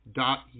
dot